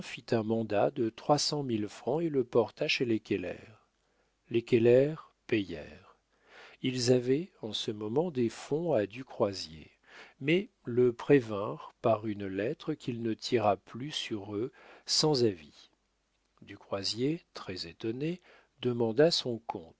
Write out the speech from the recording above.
un mandat de trois cent mille francs et le porta chez les keller les keller payèrent ils avaient en ce moment des fonds à du croizier mais ils le prévinrent par une lettre qu'il ne tirât plus sur eux sans avis du croizier très-étonné demanda son